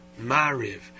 Mariv